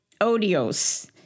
Odios